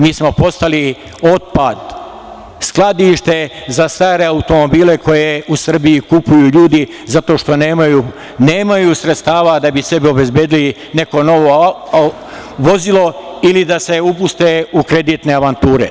Mi smo postali otpad, skladište za stare automobile koje u Srbiji kupuju ljudi zato što nemaju sredstava da bi sebi obezbedili neko novo vozilo ili da se upuste u kreditne avanture.